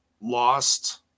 lost